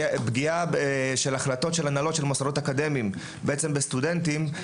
על החלטת הנהלות של מוסדות אקדמיים שפוגעת בסטודנטים,